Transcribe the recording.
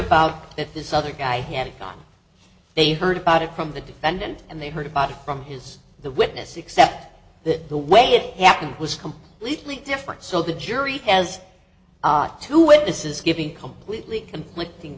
about that this other guy had a gun they heard about it from the defendant and they heard about it from his the witness except that the way it happened was completely different so the jury has two witnesses giving completely conflicting